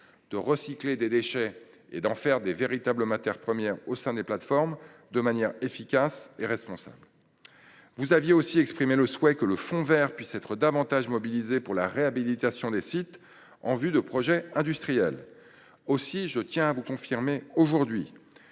de recycler des déchets pour en faire de véritables matières premières au sein des plateformes, de manière efficace et responsable. Vous aviez également exprimé le souhait que le fonds vert soit davantage mobilisé pour la réhabilitation des sites en vue de projets industriels. Aussi, je tiens à vous confirmer, d’une